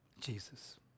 Jesus